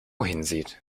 hinsieht